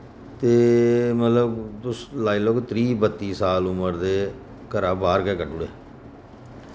ते मतलब तुस लाई लैओ कोई त्रीह् बत्ती साल उम्र दे घरा बाह्र गै कड्ढी ओड़े